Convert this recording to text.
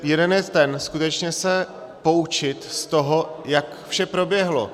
Jeden je ten, skutečně se poučit z toho, jak vše proběhlo.